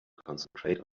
concentrate